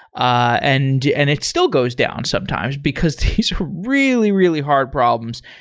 ah and and it still goes down sometimes, because these are really, really hard problems.